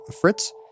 Fritz